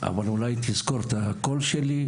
אבל אולי תזכור את הקול שלי,